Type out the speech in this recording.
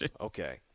Okay